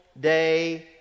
day